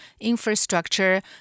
infrastructure